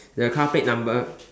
the car plate number